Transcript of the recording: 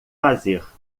fazer